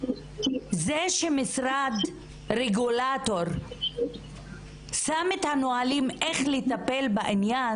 זה שמשרד רגולטור שם את הנהלים איך לטפל בעניין,